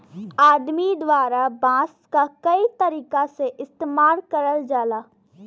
आदमी द्वारा बांस क कई तरीका से इस्तेमाल करल जाला